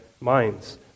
minds